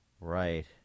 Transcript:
Right